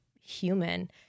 human